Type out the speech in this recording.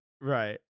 Right